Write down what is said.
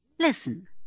Listen